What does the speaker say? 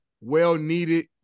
well-needed